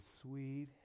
sweet